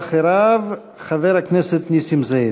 ואחריו, חבר הכנסת נסים זאב.